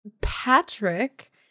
Patrick